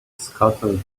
scattered